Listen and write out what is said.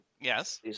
Yes. –